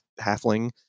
halfling